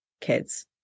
kids